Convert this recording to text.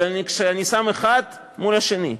אבל כשאני שם את האחד מול השני,